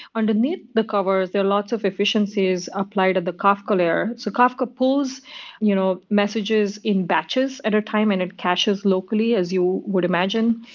underneath the the covers, there are lots of efficiencies applied at the kafka layer. so kafka pulls you know messages in batches at a time and it cashes locally as you would imagine.